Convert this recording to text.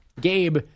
Gabe